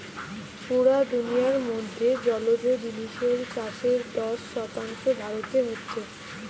পুরা দুনিয়ার মধ্যে জলজ জিনিসের চাষের দশ শতাংশ ভারতে হচ্ছে